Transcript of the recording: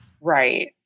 Right